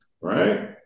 right